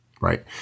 Right